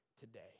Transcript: today